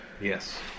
Yes